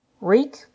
Reek